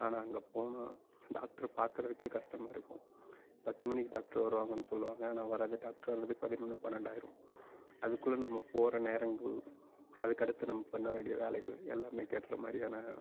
ஆனால் அங்கே போனால் டாக்டரை பார்க்குறதுக்கே கஷ்டமாக இருக்கும் பத்து மணிக்கு டாக்டர் வருவாங்கனு சொல்லுவாங்க ஆனால் வரது டாக்டர் பதினொன்று பன்னெண்டாயிரும் அதுக்குள்ளே நம்ம போகிற நேரம் அதுக்கடுத்து நம்ம பண்ண வேண்டிய வேலைகள் எல்லாமே கெடுகிற மாதிரியான